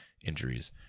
injuries